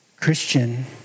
Christian